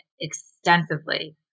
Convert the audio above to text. extensively